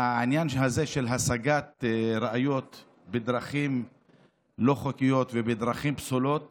העניין הזה של השגת ראיות בדרכים לא חוקיות ובדרכים פסולות